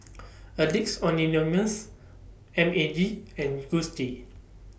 Addicts Anonymous M A G and Gucci